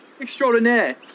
Extraordinaire